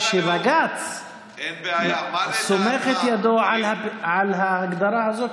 שבג"ץ סומך את ידו על ההגדרה הזאת,